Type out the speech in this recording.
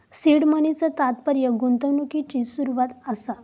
seed मनीचा तात्पर्य गुंतवणुकिची सुरवात असा